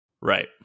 right